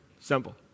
Simple